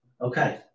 Okay